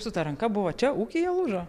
su ta ranka buvo čia ūkyje lūžo